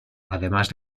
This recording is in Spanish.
además